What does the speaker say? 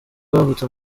bavutse